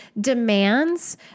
demands